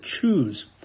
choose